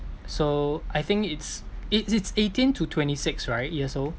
so I think it's it is eighteen to twenty six right years old